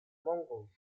mongols